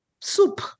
soup